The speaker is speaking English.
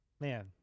man